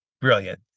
Brilliant